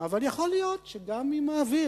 אבל יכול להיות שגם עם האוויר,